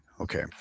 okay